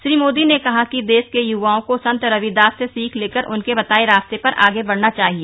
श्री मोदी ने कहा कि देश के युवाओं को संत रविदास से सीख लेकर उनके बताये रास्ते पर आगे बढ़ना चाहिए